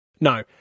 No